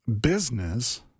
business